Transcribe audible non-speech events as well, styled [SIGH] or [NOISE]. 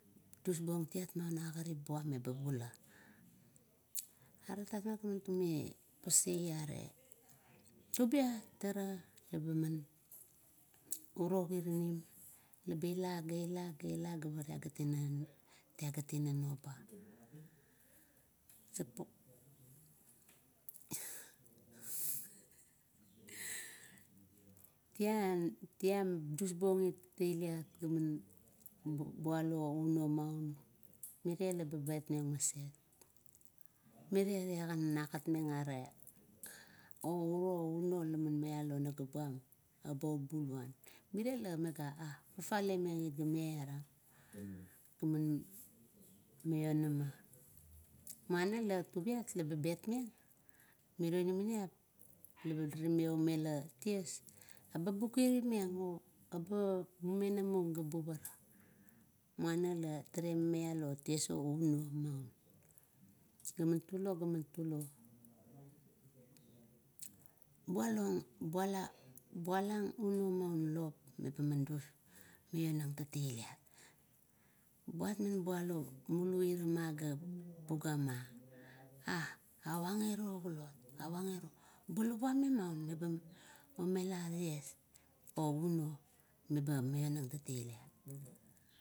Dusbuong iat na agarip buam, meba bula. Aret tapmat game taptap iara, tubiat ara labaman uro kirinim, eba ila gaila, gaila garalagat ina noba. [LAUGHS] tien, tien dusbung it tailit gaman bualo unomaun mirie laba betmeng maset. Mire la man agatmeng are, ouro uno laman mai alo nagapbuam ba obuluan. Mire ga fafalemeng it ga maiara, gaman maionama. Muana la tubiat leba betmeng mire inamaniap larale me omela ties, eba bukiripmeng, obumenamung ga buvara, muana la tale maialo ties onuo maun. Ga man tuluo gaman tuluo bualo, bua bulang unou maun lop meba mionang teteiliat. Buat bume bualo mulinim maun ga bugama, a avang iro kulot agairo, bulawa memaun meba omela ties, o unou, ga maionang teteiliat.